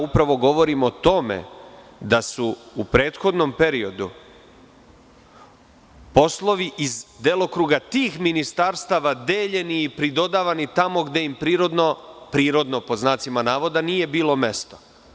Upravo govorim o tome da su u prethodnom periodu poslovi iz delokruga tih ministarstava deljeni i pridodavani tamo gde im „prirodno“ nije bilo mesto.